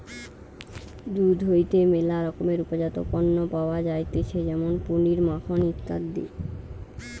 দুধ হইতে ম্যালা রকমের উপজাত পণ্য পাওয়া যাইতেছে যেমন পনির, মাখন ইত্যাদি